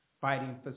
fighting